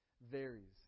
varies